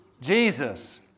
Jesus